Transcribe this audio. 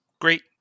Great